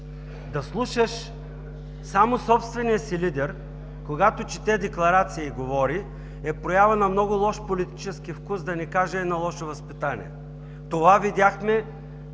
Да слушаш само собствения си лидер, когато чете декларация и говори, е проява на много лош политически вкус, да не кажа, и на лошо възпитание. Това видяхме